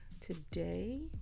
today